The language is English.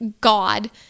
god